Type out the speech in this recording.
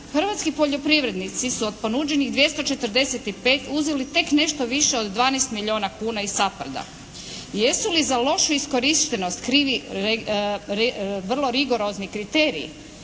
Hrvatski poljoprivrednici su od ponuđenih 245 uzeli tek nešto više od 12 milijuna kuna iz SAPARD-a. Jesu li za lošu iskorištenost krivi vrlo rigorozni kriteriji?